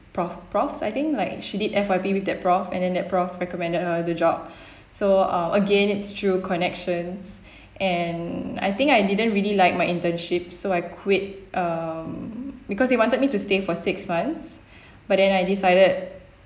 prof profs I think like she did F_Y_P with that prof and then that prof recommended her the job so uh again it's through connections and I think I didn't really like my internship so I quit um because they wanted me to stay for six months but then I decided